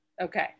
Okay